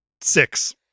Six